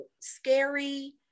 scary